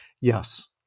yes